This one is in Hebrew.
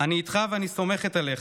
אני איתך ואני סומכת עליך.